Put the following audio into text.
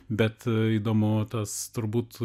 bet įdomu tas turbūt